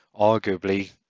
arguably